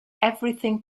everything